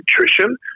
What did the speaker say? nutrition